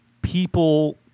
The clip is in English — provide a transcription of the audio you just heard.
People